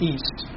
East